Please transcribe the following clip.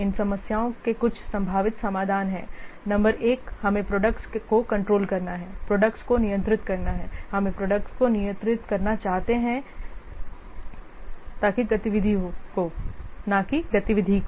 इन समस्याओं के कुछ संभावित समाधान हैं नंबर एक हमें प्रोडक्टस को कंट्रोल करना है प्रोडक्टस को नियंत्रित करना है हमें प्रोडक्टस को नियंत्रित करना चाहिए न कि गतिविधियों को